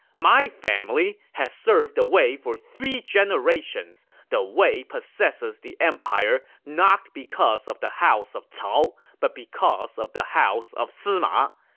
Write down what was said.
my family has served the wei for three generations. the wei possesses the empire not because of the house of cao, but because of the house of sima.